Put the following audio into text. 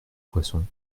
poisson